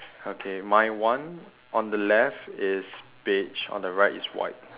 okay my one on the left is beige on the right is white